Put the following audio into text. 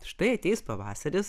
štai ateis pavasaris